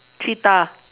cheetah